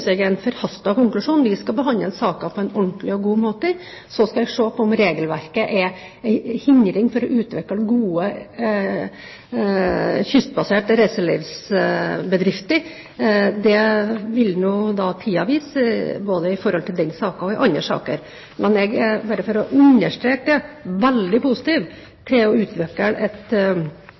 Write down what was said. Vi skal behandle saken på en ordentlig og god måte. Så skal jeg se på om regelverket er en hindring for å utvikle gode kystbaserte reiselivsbedrifter. Det vil jo tiden vise både i forhold til den saken og i andre saker. Men jeg er, bare for å understreke det, veldig positiv til å utvikle et